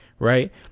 Right